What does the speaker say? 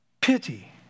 Pity